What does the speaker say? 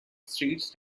streets